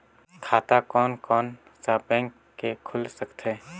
खाता कोन कोन सा बैंक के खुल सकथे?